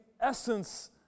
essence